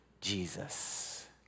Jesus